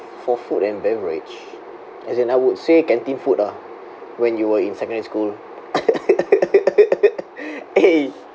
for food and beverage as in I would say canteen food ah when you were in secondary school eh